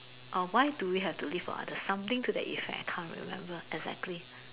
or why do we have to live for others something to that in fact I can't remember exactly